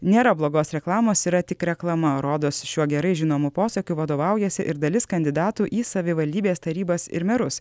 nėra blogos reklamos yra tik reklama rodos šiuo gerai žinomu posakiu vadovaujasi ir dalis kandidatų į savivaldybės tarybas ir merus